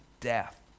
death